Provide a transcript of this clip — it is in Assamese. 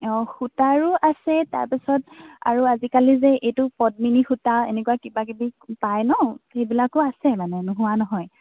অ সূতাৰো আছে তাৰপিছত আৰু আজিকালি যে এইটো পদ্মিনী সূতা এনেকুৱা কিবা কিবি পায় ন' এইবিলাকো আছে মানে নোহোৱা নহয়